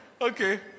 okay